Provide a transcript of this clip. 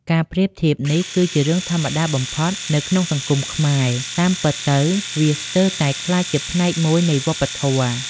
ការប្រៀបធៀបនេះគឺជារឿងធម្មតាបំផុតនៅក្នុងសង្គមខ្មែរ តាមពិតទៅ វាស្ទើរតែក្លាយជាផ្នែកមួយនៃវប្បធម៌។